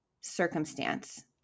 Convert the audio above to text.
circumstance